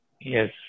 yes